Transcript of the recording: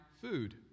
food